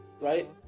right